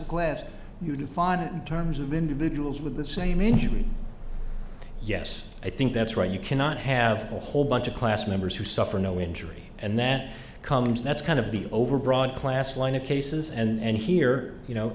left you define it in terms of individuals with the same injury yes i think that's right you cannot have a whole bunch of class members who suffer no injury and that comes that's kind of the overbroad class line of cases and here you know